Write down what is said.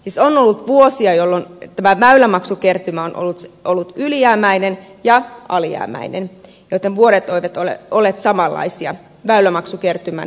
siis on ollut vuosia jolloin väylämaksukertymä on ollut ylijäämäinen tai alijäämäinen joten vuodet eivät ole olleet samanlaisia väylämaksukertymän muodossa